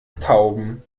tauben